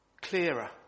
clearer